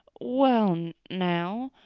well now,